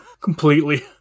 completely